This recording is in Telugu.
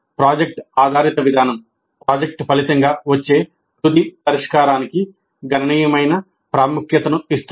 ప్రాజెక్ట్ ఆధారిత విధానం ప్రాజెక్ట్ ఫలితంగా వచ్చే తుది పరిష్కారానికి గణనీయమైన ప్రాముఖ్యతను ఇస్తుంది